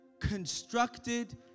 constructed